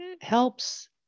helps